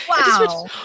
Wow